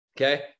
Okay